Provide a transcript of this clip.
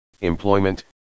employment